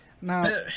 Now